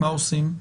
מה עושים?